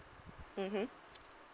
mmhmm